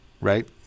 right